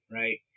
right